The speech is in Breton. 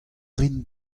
rin